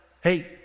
Hey